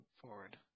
forward